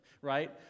right